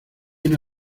una